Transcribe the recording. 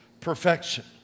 perfection